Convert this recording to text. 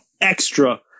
extra